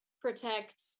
protect